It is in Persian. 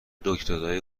دکترای